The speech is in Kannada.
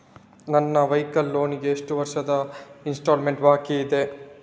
ನನ್ನ ವೈಕಲ್ ಲೋನ್ ಗೆ ಎಷ್ಟು ವರ್ಷದ ಇನ್ಸ್ಟಾಲ್ಮೆಂಟ್ ಬಾಕಿ ಇದೆ?